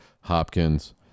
Hopkins